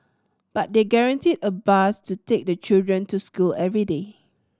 but they guaranteed a bus to take the children to school every day